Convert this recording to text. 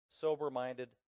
sober-minded